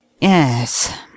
Yes